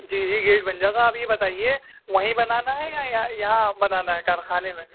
جی جی گیٹ بن جائے گا آپ یہ بتائیے وہیں بنانا ہے یا یہاں بنانا ہے کارخانے میں بھی